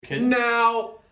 Now